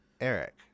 Eric